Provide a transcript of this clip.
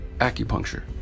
acupuncture